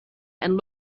and